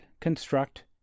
construct